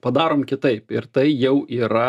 padarom kitaip ir tai jau yra